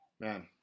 Man